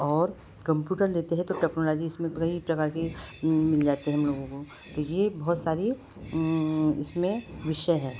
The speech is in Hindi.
और कंप्यूटर लेते हैं तो टेक्नोलॉजी इसमें कई प्रकार की मिल जाते हैं हम लोगों को तो यह बहुत सारे इसमें विषय हैं